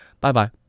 bye-bye